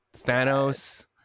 Thanos